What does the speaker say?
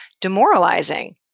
demoralizing